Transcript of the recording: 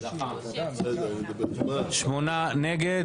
שמונה נגד.